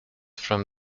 from